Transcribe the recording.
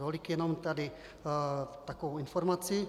To jenom tady takovou informaci.